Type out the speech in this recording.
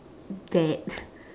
bad